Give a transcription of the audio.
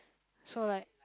so like